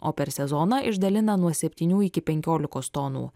o per sezoną išdalina nuo septynių iki penkiolikos tonų